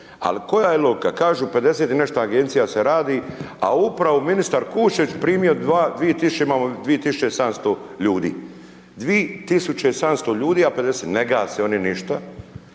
Al, koja je logika, kažu 50 i nešto Agencija se radi, a upravo ministar Kuščević primio 2000, imamo 2700 ljudi, 2700 ljudi, a 50, ne gase oni ništa,